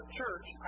church